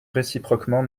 réciproquement